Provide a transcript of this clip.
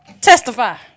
testify